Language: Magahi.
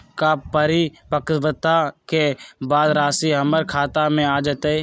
का परिपक्वता के बाद राशि हमर खाता में आ जतई?